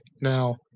Now